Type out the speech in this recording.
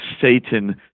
Satan